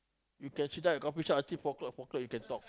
you can see down at the coffee shop until four o-clock four o-clock you can talk